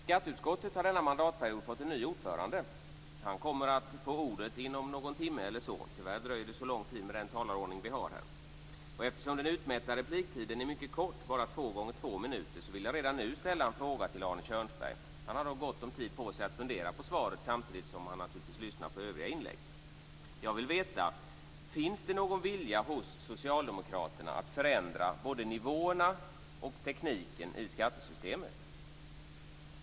Skatteutskottet har denna mandatperiod fått en ny ordförande. Han kommer att få ordet inom någon timme eller så. Tyvärr dröjer det så lång tid med den talarordning vi har här. Eftersom den utmätta repliktiden är kort, två gånger två minuter, vill jag redan nu ställa en fråga till Arne Kjörnsberg. Han har då gott om tid på sig att fundera på svaret, samtidigt som han lyssnar på övriga inlägg. Jag vill veta om det finns någon vilja hos socialdemokraterna att förändra både nivåerna och tekniken i skattesystemet.